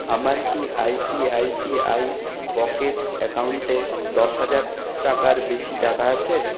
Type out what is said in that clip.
আমার কি I C I C I pockets অ্যাকাউন্টে দশ হাজার টাকার বেশি টাকা আছে